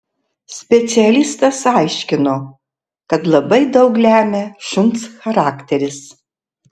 specialistas aiškino kad labai daug lemia šuns charakteris